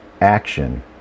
action